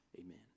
Amen